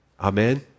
Amen